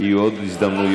יהיו עוד הזדמנויות,